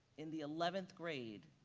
in the eleventh grade,